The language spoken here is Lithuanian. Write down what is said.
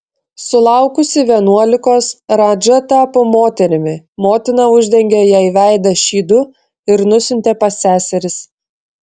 sulaukusi vienuolikos radža tapo moterimi motina uždengė jai veidą šydu ir nusiuntė pas seseris